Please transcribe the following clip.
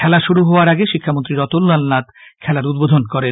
খেলা শুরু হওয়ার আগে শিক্ষামন্ত্রী রতনলাল নাথ খেলার উদ্বোধন করেন